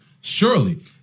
Surely